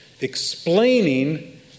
explaining